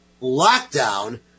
lockdown